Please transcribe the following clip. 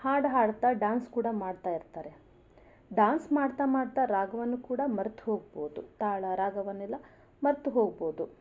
ಹಾಡು ಹಾಡ್ತಾ ಡ್ಯಾನ್ಸ್ ಕೂಡ ಮಾಡ್ತಾ ಇರ್ತಾರೆ ಡ್ಯಾನ್ಸ್ ಮಾಡ್ತಾ ಮಾಡ್ತಾ ರಾಗವನ್ನೂ ಕೂಡಾ ಮರೆತುಹೋಗ್ಬೋದು ತಾಳ ರಾಗವನ್ನೆಲ್ಲ ಮರೆತುಹೋಗ್ಬೋದು